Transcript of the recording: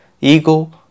ego